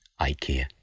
IKEA